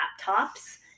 laptops